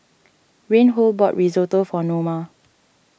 Reinhold bought Risotto for Noma